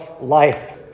life